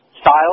style